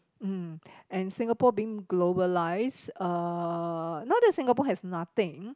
mm and Singapore being globalised uh not that Singapore has nothing